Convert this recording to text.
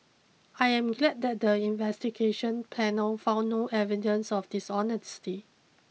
I am glad that the investigation panel found no evidence of dishonesty